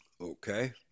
Okay